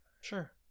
Sure